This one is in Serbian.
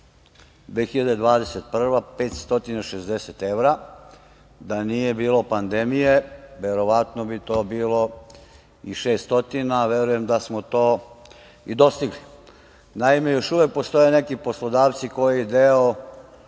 2021. – 568 evra, da nije bilo pandemije, verovatno bi to bilo i 600 evra, a verujem da smo to i dostigli. Naime, još uvek postoje neki poslodavci koji deo